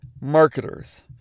marketers